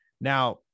Now